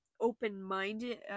open-minded